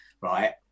right